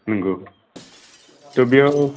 नंगौ त' बेयाव